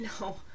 No